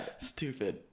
Stupid